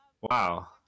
wow